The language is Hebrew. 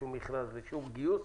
שום מכרז ושום גיוס